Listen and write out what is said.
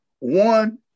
One